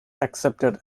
accepted